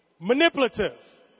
Manipulative